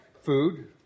Food